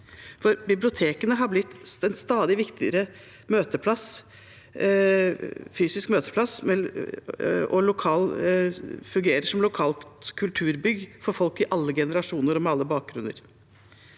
bibliotekene har blitt en stadig viktigere fysisk møteplass og fungerer som lokalt kulturbygg for folk i alle generasjoner og med alle bakgrunner.